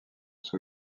sous